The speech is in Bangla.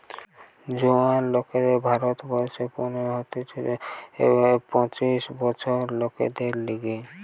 জোয়ান লোকদের ভারত বর্ষে পনের হইতে পঁচিশ বছরের লোকদের লিগে